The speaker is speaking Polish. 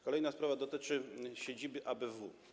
Kolejna sprawa dotyczy siedziby ABW.